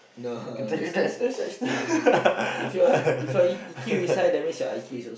I can tell you that